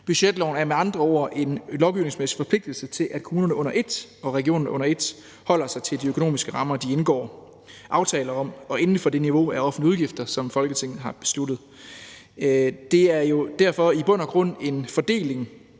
Budgetloven er med andre ord en lovgivningsmæssig forpligtelse til, at kommunerne under et og regionerne under et holder sig til de økonomiske rammer, de indgår aftaler om, og inden for det niveau af offentlige udgifter, som Folketinget har besluttet. Det er jo derfor i bund og grund en fordeling